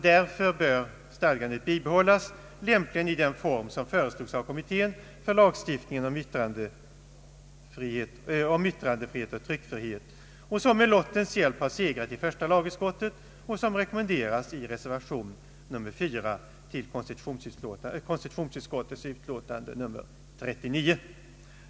Därför bör stadgandet bibehållas, lämpligen i den form som föreslås av kommittén för lagstiftning om yttrandefrihet och tryckfrihet, vilket förslag med lottens hjälp har segrat i första lagutskottet och som rekommenderas i reservation 4 till konstitutionsutskottets utlåtande nr 39.